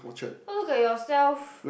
go look at yourself